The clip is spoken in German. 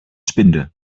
spinde